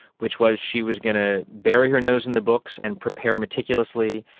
which was she was going to bury her nose in the books and prepare meticulously,